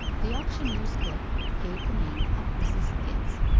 the auctioneer's book gave the name of mrs. higgins,